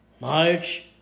March